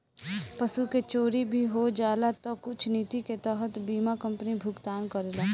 पशु के चोरी भी हो जाला तऽ कुछ निति के तहत बीमा कंपनी भुगतान करेला